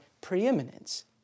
preeminence